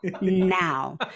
now